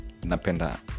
Napenda